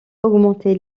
augmenter